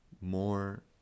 More